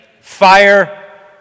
fire